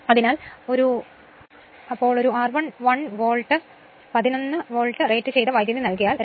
അതിനാൽ 11 കോൾ volt 11 volt റേറ്റുചെയ്ത വൈദ്യുതി നൽകിയാൽ 2